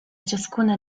ciascuna